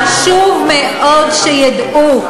חשוב מאוד שידעו: